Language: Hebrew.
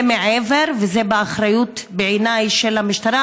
זה מעבר, וזה באחריות, בעיניי, של המשטרה.